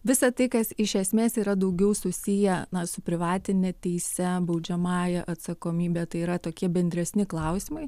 visą tai kas iš esmės yra daugiau susiję su privatine teise baudžiamąja atsakomybe tai yra tokie bendresni klausimai